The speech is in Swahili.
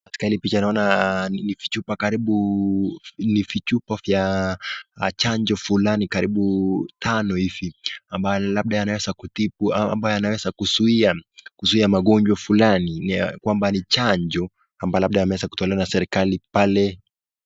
katika hili picha naona ni chupa karibu ni vichupa vya chanjo karibu tano hivi ambayo labda yanaweza kutibu ambaye yanaweza kuzuia magonjwa fulani ile kwamba ni chanjo ambalo labda limeweza kutolewa na serikali pale